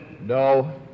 No